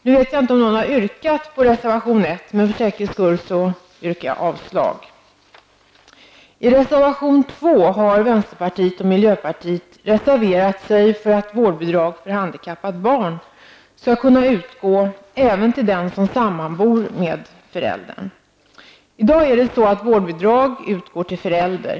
Jag vet inte om någon har yrkat på reservation 1, men för säkerhets skull yrkar jag avslag på den. I reservation 2 har vänsterpartiet och miljöpartiet reserverat sig för att vårdbidrag för handikappat barn skall kunna utgå även till den som sammanbor med föräldern. I dag utgår vårdbidrag till förälder.